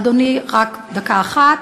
אדוני, רק דקה אחת,